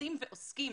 עושים ועוסקים